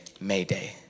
Mayday